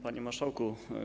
Panie Marszałku!